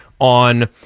on